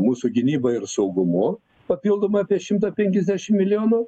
mūsų gynyba ir saugumu papildomai apie šimtą penkiasdešimt milijonų